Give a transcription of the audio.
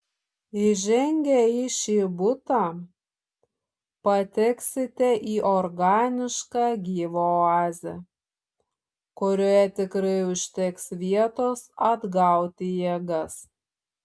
įžengę į šį butą pateksite į organišką gyvą oazę kurioje tikrai užteks vietos atgauti jėgas